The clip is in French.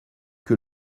que